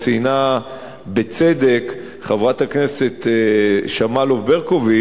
ציינה בצדק חברת הכנסת שמאלוב-ברקוביץ,